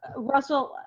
ah russell,